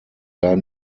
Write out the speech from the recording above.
gar